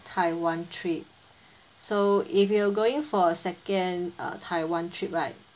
taiwan trip so if you are going for a second uh taiwan trip right